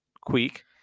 quick